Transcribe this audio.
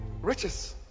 Riches